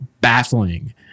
baffling